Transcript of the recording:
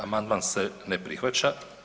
Amandman se ne prihvaća.